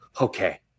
okay